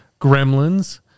Gremlins